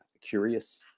curious